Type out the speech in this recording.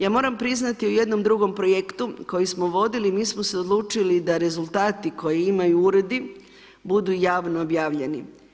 Ja moram priznati u jednom drugom projektu koji smo vodili mi smo se odlučili da rezultati koje imaju uredi budu javno objavljeni.